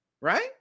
Right